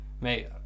Mate